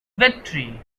victory